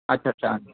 అచ్ఛచ్చా